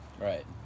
Right